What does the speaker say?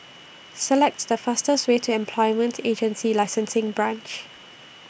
Select The fastest Way to Employment Agency Licensing Branch